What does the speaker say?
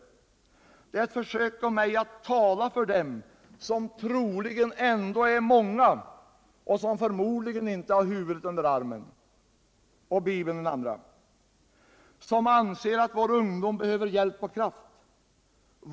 Motionen är ett försök av mig att tala för dem — de är troligen många och har förmodligen inte huvudet under den ena armen och Bibeln under den andra — som anser att vår ungdom behöver hjälp och kraft.